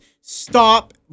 stop –